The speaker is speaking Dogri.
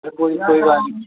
ते कोई गल्ल निं